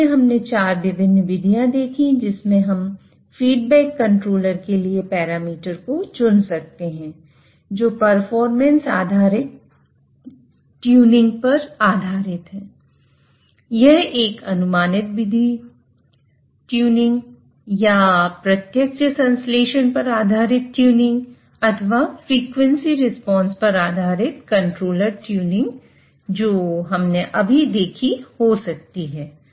अंत में हमने 4 विभिन्न विधियां देखी जिसमें हम फीडबैक कंट्रोलर जो हमने अभी देखी हो सकती है